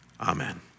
amen